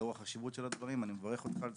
לאור החשיבות של הדברים אני מברך אותך על זה